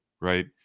Right